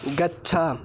गच्छ